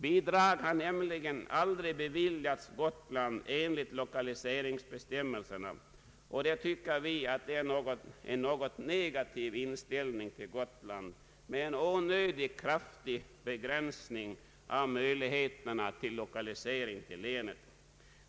Bidrag har nämligen aldrig beviljats Gotland enligt lokaliseringsbestämmelserna, och det tycker vi är en något negativ inställning till Gotland med en onödigt kraftig begränsning av möjligheterna till lokalisering till länet.